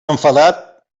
enfadat